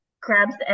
grabs